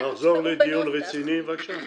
--- חברים, נחזור לדיון רציני בבקשה?